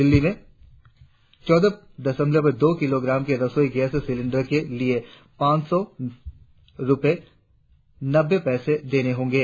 दिल्ली में चौदह दशमलव दो किलोग्राम के रसोई गैस सिलेंडर के लिए पांच यौ रुपये नब्बे पैसे देने होंगे